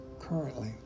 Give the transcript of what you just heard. currently